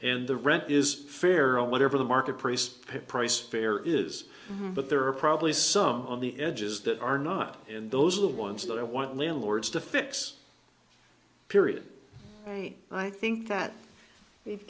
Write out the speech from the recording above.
and the rent is fair or whatever the market price price fair is but there are probably some on the edges that are not in those are the ones that i want landlords to fix period i think that we'